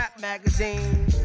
magazine